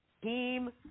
Team